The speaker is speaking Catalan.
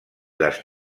les